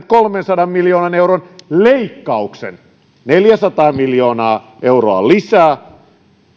kolmensadan miljoonan euron leikkauksen neljäsataa miljoonaa euroa lisää